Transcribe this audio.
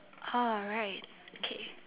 alright okay